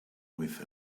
with